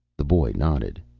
the boy nodded.